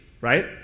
right